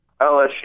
LSU